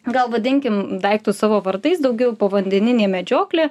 gal vadinkim daiktus savo vardais daugiau povandeninė medžioklė